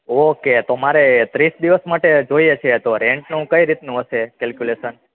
okay તો મારે ત્રીસ દિવસ માટે જોઈએ છે તો રેન્ટ નું કંઇ રીતનું હશે કેલક્યુંલેશન